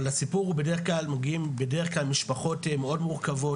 אבל הסיפור הוא בדרך-כלל מגיעים בדרך-כלל משפחות מאוד מורכבות,